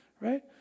right